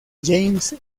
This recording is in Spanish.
james